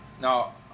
Now